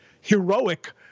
heroic